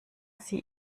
sie